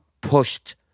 pushed